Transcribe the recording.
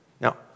Now